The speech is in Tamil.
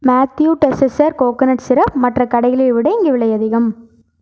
மாத்யு டெஸ்ஸஸர் கோகனட் சிரப் மற்ற கடைகளை விட இங்கே விலை அதிகம்